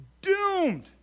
Doomed